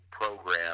program